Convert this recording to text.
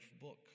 book